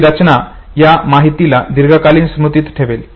ही रचना या माहितीला दीर्घकालीन स्मृतीत ठेवेल